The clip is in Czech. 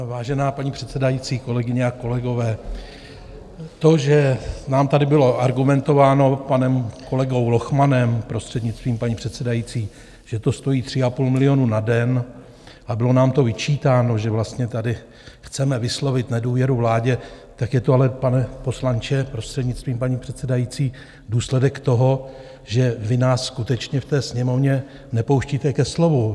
Vážená paní předsedající, kolegyně a kolegové, to, že nám tady bylo argumentováno panem kolegou Lochmanem, prostřednictvím paní předsedající, že to stojí 3,5 milionu na den, a bylo nám to vyčítáno, že vlastně tady chceme vyslovit nedůvěru vládě, tak je to ale, pane poslanče prostřednictvím paní předsedající, důsledek toho, že vy nás skutečně v té Sněmovně nepouštíte ke slovu.